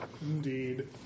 Indeed